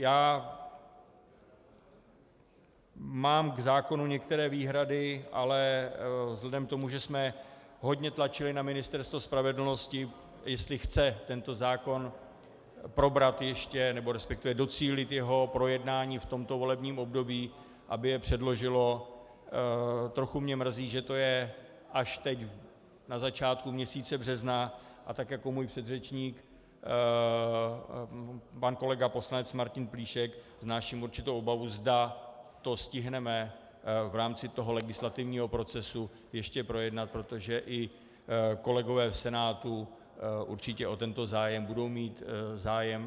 Já mám k zákonu některé výhrady, ale vzhledem k tomu, že jsme hodně tlačili na Ministerstvo spravedlnosti, jestli chce tento zákon ještě probrat, resp. docílit jeho projednání v tomto volebním období, aby jej předložilo, trochu mě mrzí, že to je až teď na začátku měsíce března, a tak jako můj předřečník pan kolega poslanec Martin Plíšek vznáším určitou obavu, zda to stihneme v rámci toho legislativního procesu ještě projednat, protože i kolegové v Senátu určitě o projednání tohoto zákona budou mít zájem.